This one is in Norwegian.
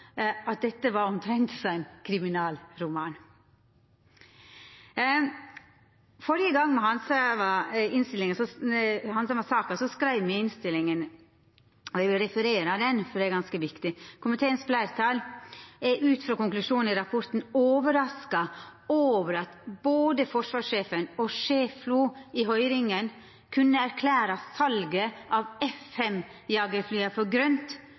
at dette var omtrent som ein kriminalroman. Førre gongen me handsama saka, skreiv me i innstillinga – som eg vil referere frå, for det er ganske viktig – at komiteens fleirtal er «ut fra konklusjonen i rapporten overrasket over at både forsvarssjefen og sjef FLO i høringen 27. november 2015 kunne erklære salget av F-5 jagerflyene for